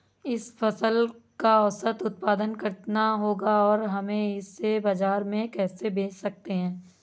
इस फसल का औसत उत्पादन कितना होगा और हम इसे बाजार में कैसे बेच सकते हैं?